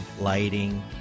lighting